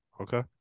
Okay